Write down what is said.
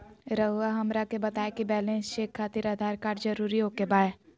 रउआ हमरा के बताए कि बैलेंस चेक खातिर आधार कार्ड जरूर ओके बाय?